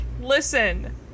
Listen